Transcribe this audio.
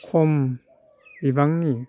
खम बिबांनि